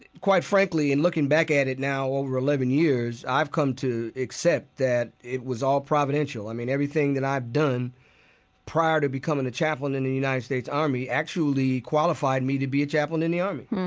quite frankly, in looking back at it now over eleven years, i've come to accept that it was all providential. i mean, everything that i've done prior to becoming a chaplain in the united states army actually qualified me to be a chaplain in the army.